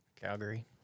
Calgary